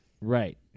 Right